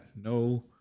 No